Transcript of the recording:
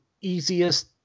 easiest